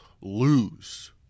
lose